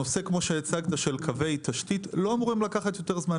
הנושא של קווי תשתית לא אמורים לקחת יותר זמן.